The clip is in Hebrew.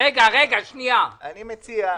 אגיד לך מה אני מציע.